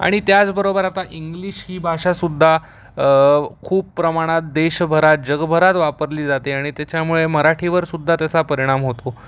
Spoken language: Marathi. आणि त्याचबरोबर आता इंग्लिश ही भाषा सुद्धा खूप प्रमाणात देशभरात जगभरात वापरली जाते आणि त्याच्यामुळे मराठीवर सुद्धा त्याचा परिणाम होतो